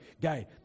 Guy